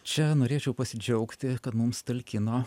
čia norėčiau pasidžiaugti kad mums talkino